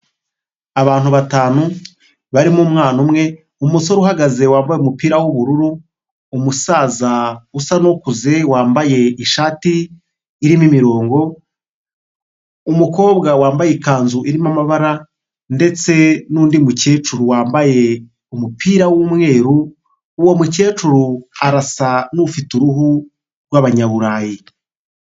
Abantu batanu barimo umwana umwe, umusore uhagaze wambaye umupira w'ubururu, umusaza usa n'ukuze wambaye ishati irimo imirongo, umukobwa wambaye ikanzu irimo amabara ndetse n'undi mukecuru wambaye umupira w'umweru. Uwo mukecuru arasa n'ufite uruhu rw'abanyaburayi.